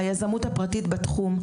על היזמות הפרטית בתחום.